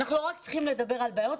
אנחנו לא רק צריכים לדבר על בעיות,